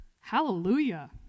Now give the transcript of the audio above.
hallelujah